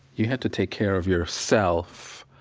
you have to take care of yourself